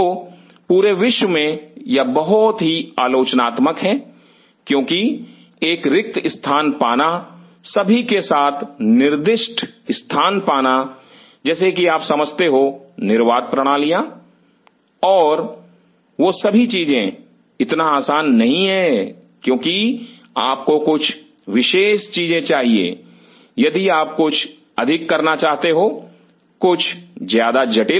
तो पूरे विश्व में यह बहुत ही आलोचनात्मक है क्योंकि एक रिक्त स्थान पाना सभी के साथ निर्दिष्ट स्थान पाना जैसे कि आप समझते हो निर्वात प्रणालिया और वह सभी चीजें इतना आसान नहीं है क्योंकि आपको कुछ विशेष चीजें चाहिए यदि आप कुछ अधिक करना चाहते हो कुछ ज्यादा जटिल